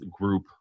group